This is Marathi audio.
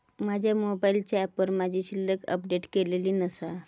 माझ्या मोबाईलच्या ऍपवर माझी शिल्लक अपडेट केलेली नसा